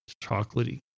chocolatey